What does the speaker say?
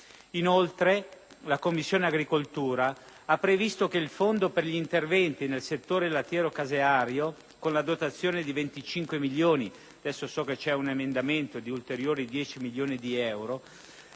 Inoltre, la Commissione agricoltura ha previsto che il Fondo per gli interventi nel settore lattiero-caseario, con la dotazione di 25 milioni di euro